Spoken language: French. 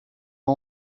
ans